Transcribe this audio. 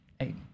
eight